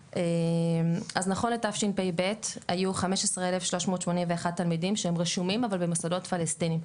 אז נכון לתשפ"ב היו 15,381 תלמידים שהם רשומים אבל במוסדות פלסטיניים.